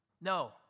No